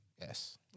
Yes